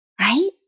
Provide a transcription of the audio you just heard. right